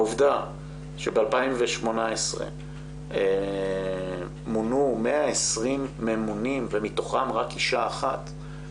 העובדה שב-2018 מונו 120 ממונים ומתוכם רק אישה אחת,